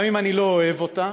גם אם אני לא אוהב אותה,